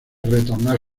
retornar